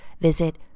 visit